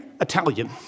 Italian